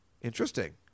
interesting